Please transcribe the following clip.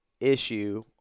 issue